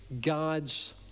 God's